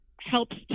helps